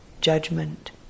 judgment